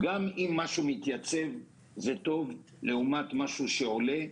גם אם משהו מתייצב זה טוב לעומת משהו שעולה,